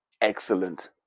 excellent